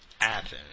Athens